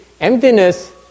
emptiness